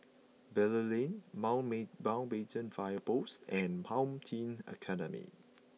Bilal Lane Mountbatten Fire Post and Home Team Academy